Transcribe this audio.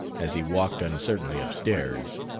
as he walked uncertainly up stairs,